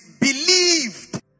believed